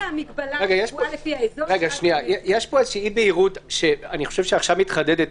מהמגבלה הקבועה לפי האזור עד 500. יש פה אי בהירות שעכשיו מתחדדת.